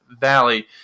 Valley